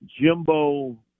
Jimbo